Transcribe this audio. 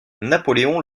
napoléon